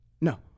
No